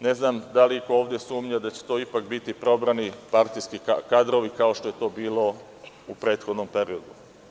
Ne znam da li to iko ovde sumnja da će to biti probrani partijski kadrovi, kao što je to bilo u prethodnom periodu.